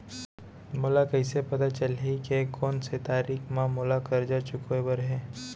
मोला कइसे पता चलही के कोन से तारीक म मोला करजा चुकोय बर हे?